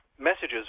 messages